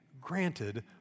granted